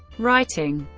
writing